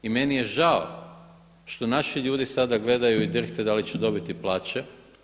I meni je žao što naši ljudi sada gledaju i drhte da li će dobiti plaće.